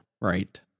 right